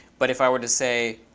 but if i were to say,